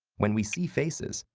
when we see faces,